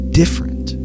different